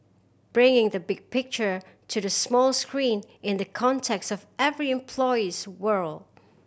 bringing the big picture to the small screen in the context of every employee's world